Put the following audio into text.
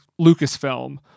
Lucasfilm